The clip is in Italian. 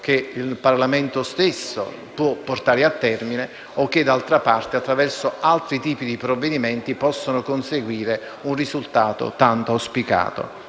che il Parlamento stesso può portare a termine o che d'altra parte, attraverso altri tipi di provvedimenti, può consentire di conseguire un risultato tanto auspicato.